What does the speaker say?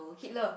Hitler